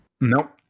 Nope